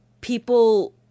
people